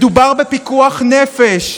מדובר בפיקוח נפש.